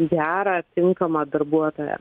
gerą tinkamą darbuotoją